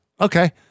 okay